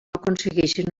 aconsegueixin